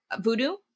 Voodoo